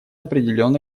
определенно